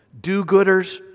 Do-gooders